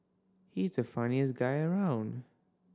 he's the funniest guy around